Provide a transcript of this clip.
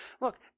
look